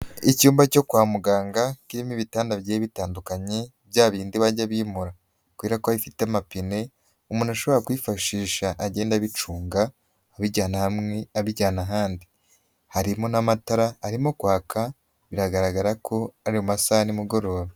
Icyumba cyo kwa muganga kirimo ibitanda bigiye bitandukanye bya bindi bajya bimura kubera ko bifite amapine umuntu ashobora kuyifashisha agenda abicunga abijyana hamwe abijyana ahandi, harimo n'amatara arimo kwaka biragaragara ko ari masaha nimugoroba.